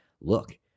Look